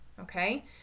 okay